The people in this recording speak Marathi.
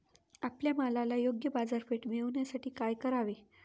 आपल्या मालाला योग्य बाजारपेठ मिळण्यासाठी काय करावे?